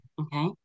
Okay